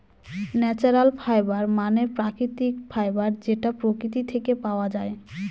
natural fibre মানে প্রাকৃতিক fibre যেটা প্রকৃতি থেকে পাওয়া যায়